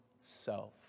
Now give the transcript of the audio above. self